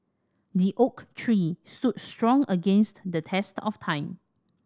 the oak tree stood strong against the test of time